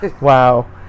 Wow